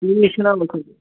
تیٖرۍ چھِنا امہِ موجوٗب